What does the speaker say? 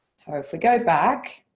so if we go back